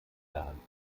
erhalten